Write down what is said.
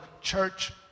church